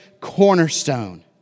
cornerstone